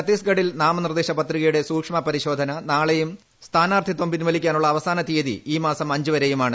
ഛത്തീസ്ഗഡിൽ നാമനിർദ്ദേശ പത്രികയുടെ സൂക്ഷ്മ പരിശോധന നാളെയും സ്ഥാനാർത്ഥിത്വം പിൻവലിക്കാനുള്ള അവസാന തീയതി ഈ മാസം അഞ്ചു വരെയുമാണ്